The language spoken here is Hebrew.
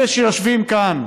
שאלה שיושבים כאן,